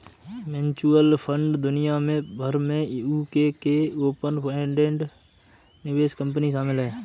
mutual fund दुनिया भर में यूके में ओपन एंडेड निवेश कंपनी शामिल हैं